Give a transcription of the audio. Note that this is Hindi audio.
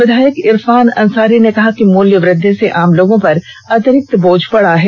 विधायक इरफान अंसारी ने कहा कि मूल्य वृद्धि से आम लोगों पर अतिरिक्ति बोझ पड़ा है